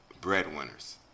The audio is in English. breadwinners